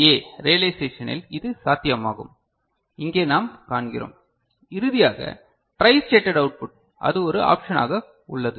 ஏ ரியலைசேஷனில் இது சாத்தியமாகும் இங்கே நாம் காண்கிறோம் இறுதியாக ட்ரை ஸ்டேடட் அவுட்புட் அது ஒரு ஆப்ஷனாக உள்ளது